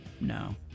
No